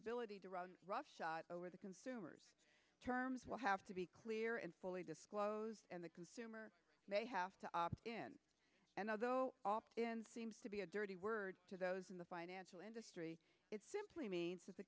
ability to run roughshod over the consumers terms will have to be clear and fully disclosed and the consumer may have to opt in and although opt in seems to be a dirty word to those in the financial industry it simply means